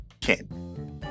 Ken